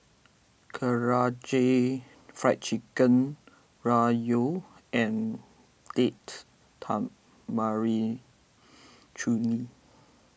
Karaage Fried Chicken Ramyeon and Date Tamarind Chutney